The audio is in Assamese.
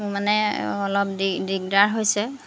মোৰ মানে অলপ দিগদাৰ হৈছে